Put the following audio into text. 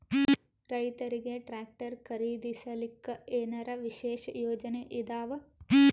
ರೈತರಿಗೆ ಟ್ರಾಕ್ಟರ್ ಖರೀದಿಸಲಿಕ್ಕ ಏನರ ವಿಶೇಷ ಯೋಜನೆ ಇದಾವ?